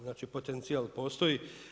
Znači potencijal postoji.